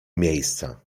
miejsca